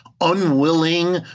unwilling